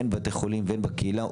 הן בבתי חולים והן בקהילה,